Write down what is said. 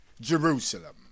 Jerusalem